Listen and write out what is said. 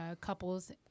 couples